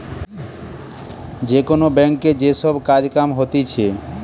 যে কোন ব্যাংকে যে সব কাজ কাম হতিছে